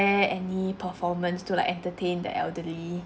~re any performance to like entertain the elderly